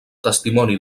testimoni